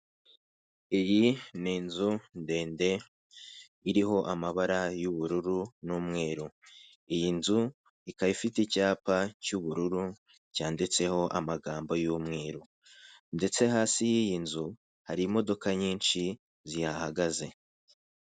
Iyi ni inzu ndende iriho amabara y'ubururu n'umweru, iyi nzu ikaba ifite icyapa cy'ubururu cyanditseho amagambo y'umweru ndetse hasi y'iyi nzu hari imodoka nyinshi ziyahagaze.